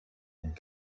and